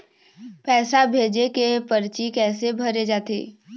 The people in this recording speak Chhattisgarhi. पैसा भेजे के परची कैसे भरे जाथे?